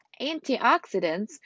antioxidants